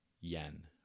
yen